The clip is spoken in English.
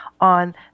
on